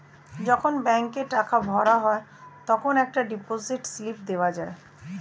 যখন ব্যাংকে টাকা ভরা হয় তখন একটা ডিপোজিট স্লিপ দেওয়া যায়